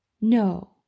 No